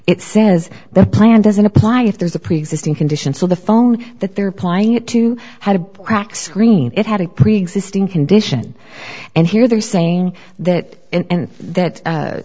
it says the plan doesn't apply if there's a preexisting condition so the phone that they're applying it to had a cracked screen it had a preexisting condition and here they're saying that and that